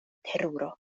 teruro